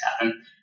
happen